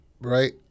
right